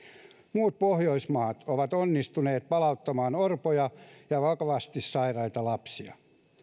muut pohjoismaat ovat onnistuneet palauttamaan orpoja ja vakavasti sairaita lapsia